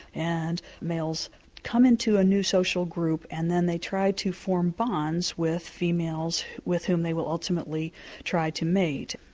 and males come into a new social group and then they try to form bonds with females with whom they will ultimately try to mate.